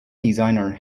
designer